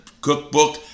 cookbook